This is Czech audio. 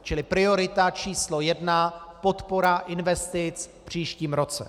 Čili priorita číslo jedna podpora investic v příštím roce.